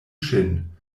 ŝin